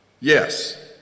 yes